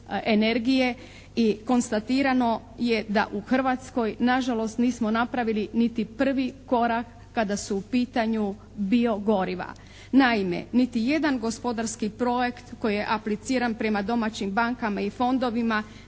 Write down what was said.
i konstatirano je da u Hrvatskoj na žalost nismo napravili niti prvi korak kada su u pitanju bio-goriva. Naime niti jedan gospodarski projekt koji je apliciran prema domaćim bankama i fondovima